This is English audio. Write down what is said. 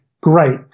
great